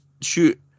shoot